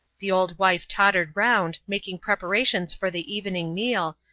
the old wife tottered round, making preparations for the evening meal,